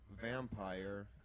vampire